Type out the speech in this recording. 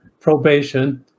probation